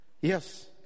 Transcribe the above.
Yes